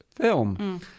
film